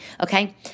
okay